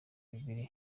bibiri